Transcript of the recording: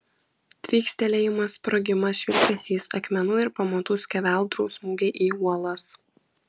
tvykstelėjimas sprogimas švilpesys akmenų ir pamatų skeveldrų smūgiai į uolas